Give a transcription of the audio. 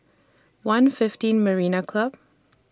one fifteen Marina Club